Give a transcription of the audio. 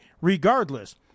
regardless